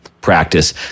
practice